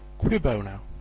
cui bono?